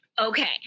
Okay